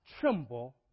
tremble